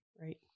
Right